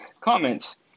comments